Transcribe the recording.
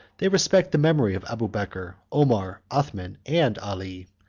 they respect the memory of abubeker, omar, othman, and ali,